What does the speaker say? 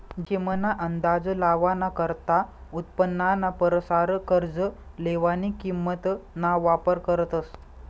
जोखीम ना अंदाज लावाना करता उत्पन्नाना परसार कर्ज लेवानी किंमत ना वापर करतस